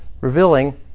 revealing